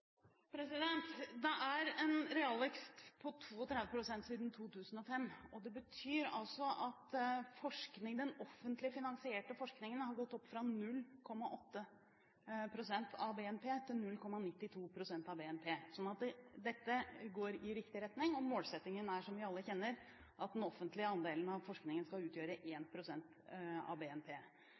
Det er en realvekst på 32 pst. siden 2005. Det betyr at den offentlig finansierte forskningen har gått opp fra 0,8 pst. av BNP til 0,92 pst. av BNP. Så dette går i riktig retning. Målsettingen er, som vi alle kjenner, at den offentlige andelen av forskningen skal utgjøre 1 pst. av BNP.